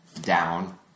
down